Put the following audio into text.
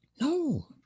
No